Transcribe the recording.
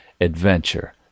adventure